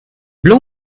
blanc